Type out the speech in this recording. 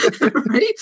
right